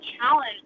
challenge